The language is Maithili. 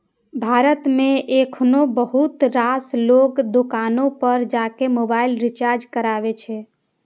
भारत मे एखनो बहुत रास लोग दोकाने पर जाके मोबाइल रिचार्ज कराबै छै